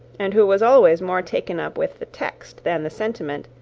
and who was always more taken up with the text than the sentiment,